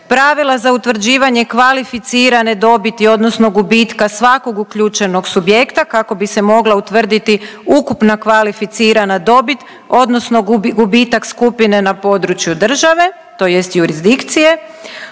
pravila za utvrđivanje kvalificirane dobiti odnosno gubitka svakog uključenog subjekta kako bi se mogla utvrditi ukupna kvalificirana dobit, odnosno gubitak skupine na području države, jurisdikcije,